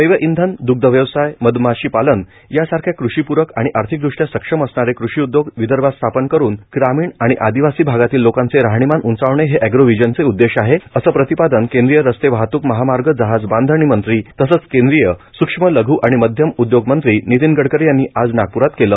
जैवइंधन दुग्धव्यवसाय मधमाशीपालन यासारख्या कृषीपुरक आणि आर्थिकृष्ट्या सक्षम असणारे कृषि उद्योग विदर्भात स्थापन करुन ग्रामीण आणि आदिवासी भागातील लोकांचे राहणीमान उंचावणे हे एग्रोव्हिजनचे उद्देश आहे असे प्रतिपादन केंद्रीय रस्ते वाहतूक महामार्ग जहाज बांधणी मंत्री तसेच केंद्रीय सूक्ष्म लघू आणि मध्यम उद्योग मंत्री नितीन गडकरी यांनी आज नागपूरात केले